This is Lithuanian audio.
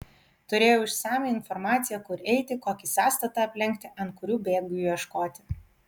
turėjau išsamią informaciją kur eiti kokį sąstatą aplenkti ant kurių bėgių ieškoti